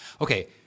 Okay